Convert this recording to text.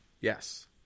Yes